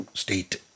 state